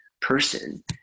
person